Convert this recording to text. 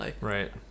Right